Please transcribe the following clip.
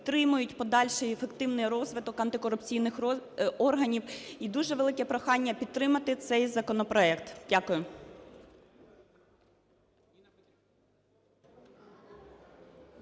підтримують подальший ефективний розвиток антикорупційних органів. І дуже велике прохання підтримати цей законопроект. Дякую.